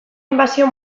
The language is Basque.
inbasio